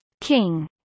King